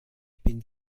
bin